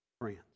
Friends